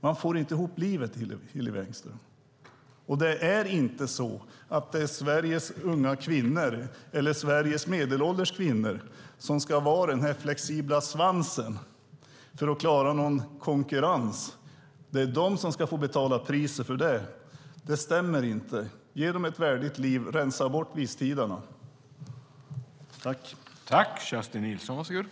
Man får inte ihop livet, Hillevi Engström. Sveriges unga kvinnor och medelålders kvinnor ska inte vara den flexibla svansen för att klara konkurrensen. De ska inte få betala priset för det. Låt oss ge dem ett värdigt liv och rensa bort visstidsanställningarna.